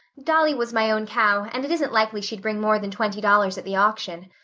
dolly was my own cow and it isn't likely she'd bring more than twenty dollars at the auction.